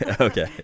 okay